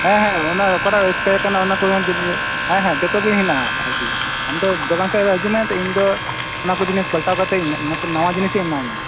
ᱦᱮᱸ ᱦᱮᱸ ᱚᱱᱟ ᱚᱠᱟᱴᱟᱜ ᱮᱥᱯᱟᱭᱟᱨ ᱠᱟᱱᱟ ᱚᱱᱟ ᱠᱚᱦᱚᱸ ᱡᱟ ᱦᱮᱸ ᱦᱮᱸ ᱡᱚᱛᱚ ᱜᱮ ᱦᱮᱱᱟᱜᱼᱟ ᱟᱨᱠᱤ ᱟᱢ ᱫᱚ ᱫᱚᱠᱟᱱᱥᱮᱫ ᱨᱮ ᱦᱤᱡᱩᱜ ᱢᱮ ᱤᱧ ᱫᱚ ᱚᱱᱟ ᱠᱚ ᱡᱤᱱᱤᱥ ᱯᱟᱞᱴᱟᱣ ᱠᱟᱛᱮᱫ ᱱᱩᱛᱩᱱ ᱱᱟᱣᱟ ᱡᱤᱱᱤᱥᱤᱧ ᱮᱢᱟᱢᱟ